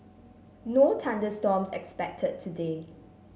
no thunder storms expected today